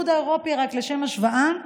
רק לשם השוואה,